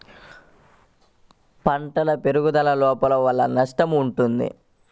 పంటల పెరుగుదల లోపం వలన నష్టము ఉంటుందా?